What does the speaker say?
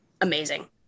amazing